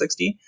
$60